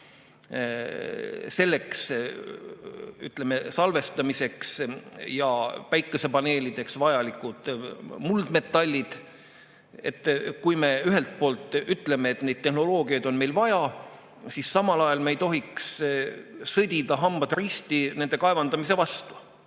seesama, et salvestamiseks ja päikesepaneelideks on vajalikud muldmetallid. Kui me ühelt poolt ütleme, et neid tehnoloogiaid on meil vaja, siis samal ajal me ei tohiks sõdida, hambad risti, nende kaevandamise vastu.